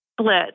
split